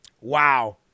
Wow